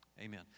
Amen